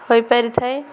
ହୋଇପାରିଥାଏ